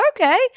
okay